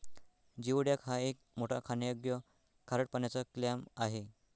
geoduck हा एक मोठा खाण्यायोग्य खारट पाण्याचा क्लॅम आहे